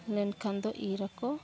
ᱞᱮᱱᱠᱷᱟᱱ ᱫᱚ ᱤᱨᱟᱠᱚ